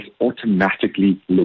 automatically